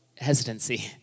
hesitancy